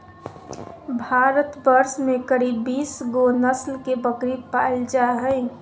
भारतवर्ष में करीब बीस गो नस्ल के बकरी पाल जा हइ